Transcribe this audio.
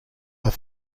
are